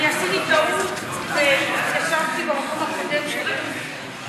אני עשיתי טעות והתיישבתי במקום הקודם שלי.